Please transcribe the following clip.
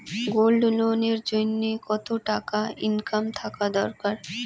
Gold loan এর জইন্যে কতো টাকা ইনকাম থাকা দরকার?